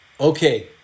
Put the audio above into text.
okay